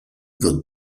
wood